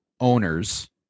owners